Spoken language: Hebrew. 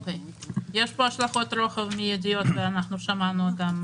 יש פה השלכות רוחב מיידיות, ואנחנו שמענו אותן,